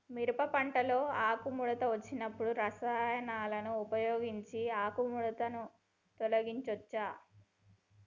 మిరప పంటలో ఆకుముడత వచ్చినప్పుడు రసాయనాలను ఉపయోగించి ఆకుముడత తొలగించచ్చా?